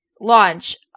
Launch